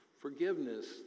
Forgiveness